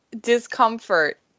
discomfort